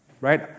right